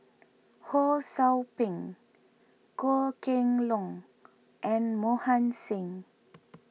Ho Sou Ping Goh Kheng Long and Mohan Singh